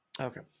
okay